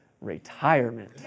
Retirement